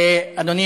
אדוני